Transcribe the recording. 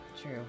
True